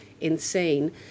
insane